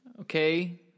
Okay